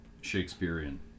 Shakespearean